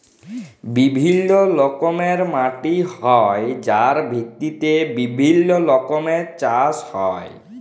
বিভিল্য রকমের মাটি হ্যয় যার ভিত্তিতে বিভিল্য রকমের চাস হ্য়য়